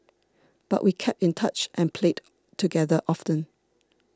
but we kept in touch and played together often